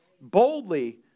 boldly